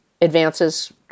advances